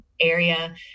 area